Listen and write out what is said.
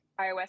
iOS